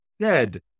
Dead